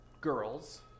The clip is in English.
girls